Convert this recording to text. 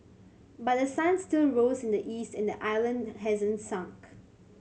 but the sun still rose in the east and the island hasn't sunk